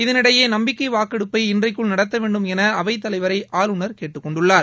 இதனிஎடயே நம்பிக்கை வாக்கெடுப்பை இன்றைக்குள் நடத்த வேண்டும் என அவைத்தலைவரை ஆளுநர் கேட்டுக்கொண்டுள்ளார்